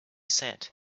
sat